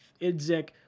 Idzik